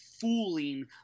fooling